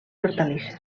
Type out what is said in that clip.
hortalisses